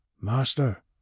Master